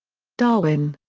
darwin.